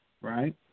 right